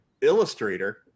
Illustrator